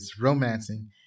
romancing